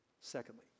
Secondly